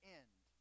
end